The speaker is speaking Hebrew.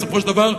בסופו של דבר,